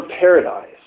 paradise